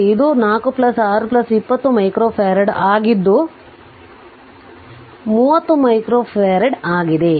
ಆದ್ದರಿಂದ ಇದು 4 6 20 ಮೈಕ್ರೋಫರಡ್ ಆಗಿದ್ದು ಅದು 30 ಮೈಕ್ರೋಫ್ಯಾರಡ್ ಆಗಿದೆ